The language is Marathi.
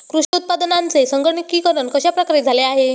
कृषी उत्पादनांचे संगणकीकरण कश्या प्रकारे झाले आहे?